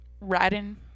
riding